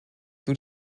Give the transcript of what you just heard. due